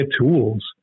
tools